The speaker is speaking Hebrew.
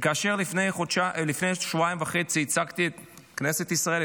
וכאשר לפני שבועיים וחצי ייצגתי את כנסת ישראל,